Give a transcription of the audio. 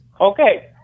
Okay